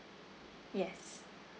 yes